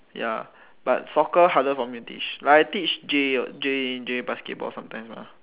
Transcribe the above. ya but soccer harder for me to teach like I teach J in J basketball sometimes ah